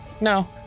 no